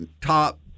top